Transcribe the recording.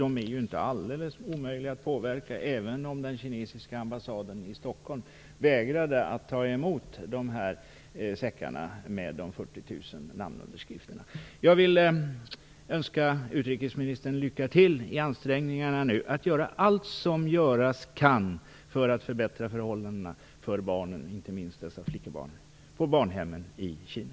De är inte alldeles omöjliga att påverka, även om den kinesiska ambassaden i Stockholm vägrade att ta emot säckarna med de 40 000 namnunderskrifterna. Jag vill önska utrikesministern lycka till i ansträngningarna att göra allt som göras kan för att förbättra förhållandena för barnen, inte minst dessa flickebarn, på barnhemmen i Kina.